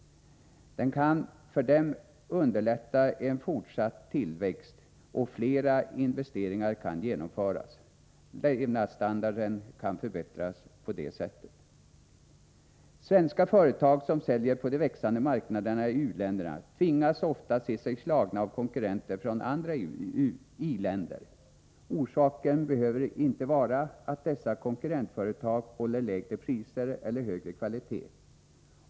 Det skulle för dem underlätta en fortsatt tillväxt. Flera investeringar kunde genomföras. Levnadsstandarden kunde förbättras, på det sättet. Svenska företag som säljer på de växande marknaderna i u-länderna tvingas ofta se sig slagna av konkurrenter från andra i-länder. Orsaken behöver inte vara att dessa konkurrentföretag håller lägre priser eller högre kvalitet.